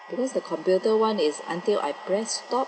because the computer one is until I press stop